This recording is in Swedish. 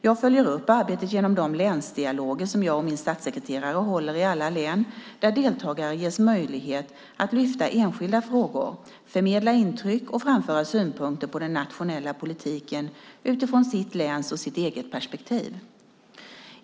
Jag följer upp arbetet genom de länsdialoger som jag och min statssekreterare håller i alla län, där deltagarna ges möjlighet att lyfta fram enskilda frågor, förmedla intryck och framföra synpunkter på den nationella politiken utifrån sitt läns och sitt eget perspektiv.